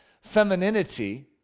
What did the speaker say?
femininity